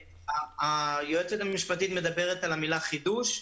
היועצת המשפטית מדברת על המילה חידוש.